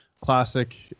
classic